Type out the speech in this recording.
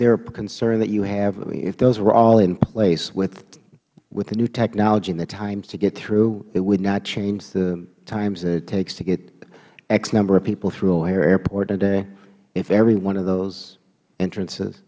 there a concern that you have if those were all in place with the new technology and the time to get through it would not change the time that it takes to get x number of people through an airport in a day at every one of those entrances